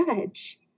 judge